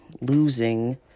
losing